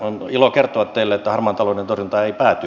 on ilo kertoa teille että harmaan talouden torjunta ei pääty